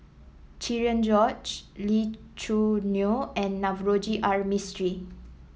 Cherian George Lee Choo Neo and Navroji R Mistri